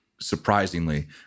surprisingly